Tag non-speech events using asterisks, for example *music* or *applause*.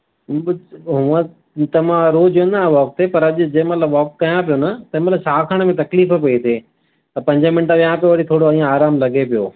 *unintelligible* हूंअं त मां रोज़ु वेंदो आहियां वॉक ते पर अॼु जंहिंमहिल वॉक कयां पियो न जंहिं महिल साहु खणण में तकलीफ़ु पई थिए त पंज मिंट विहां पियो वरी थोरो इअं आरामु लॻे पियो